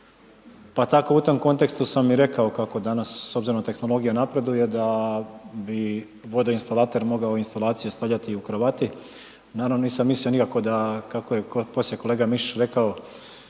pa tako u tom kontekstu sam i rekao kako danas s obzirom da tehnologija napreduje, da bi vodoinstalater mogao instalacije mogao stavljati u kravati, naravno nisam mislio nikako da kako je poslije kolega Mišić rekao,